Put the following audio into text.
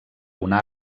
una